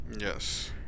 Yes